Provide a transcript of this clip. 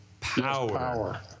Power